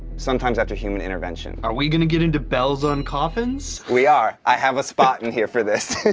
sometimes after human intervention. are we going to get into bells on coffins? we are! i have a spot in here for this,